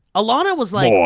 alana was like,